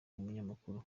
umunyamakuru